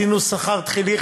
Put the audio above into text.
עשינו שכר תחילי,